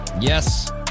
Yes